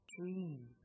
dream